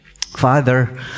Father